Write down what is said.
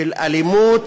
של אלימות